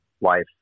life